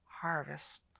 harvest